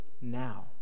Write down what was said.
now